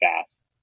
fast